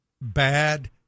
bad